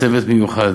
זה צוות מיוחד.